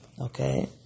Okay